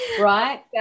right